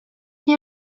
nie